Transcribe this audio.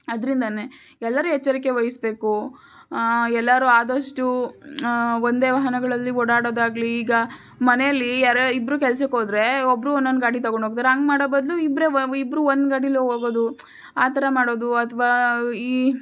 ಅದರಿಂದನೇ ಎಲ್ಲರೂ ಎಚ್ಚರಿಕೆ ವಹಿಸಬೇಕು ಎಲ್ಲರೂ ಆದಷ್ಟು ಒಂದೇ ವಾಹನಗಳಲ್ಲಿ ಓಡಾಡೋದಾಗಲಿ ಈಗ ಮನೆಯಲ್ಲಿ ಯಾರೋ ಇಬ್ಬರು ಕೆಲಸಕ್ಕೋದ್ರೆ ಒಬ್ಬರು ಒಂದೊಂದು ಗಾಡಿ ತೊಗೊಂಡು ಹೋಗ್ತಾರೆ ಹಂಗ್ ಮಾಡೋ ಬದಲು ಇಬ್ಬರೇ ಇಬ್ಬರೂ ಒಂದು ಗಾಡೀಲ್ಲೇ ಹೋಗೋದು ಆ ಥರ ಮಾಡೋದು ಅಥವಾ ಈ